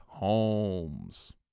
Holmes